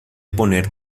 poner